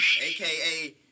AKA